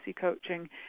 coaching